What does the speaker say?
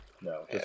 no